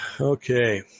Okay